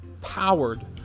powered